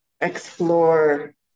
explore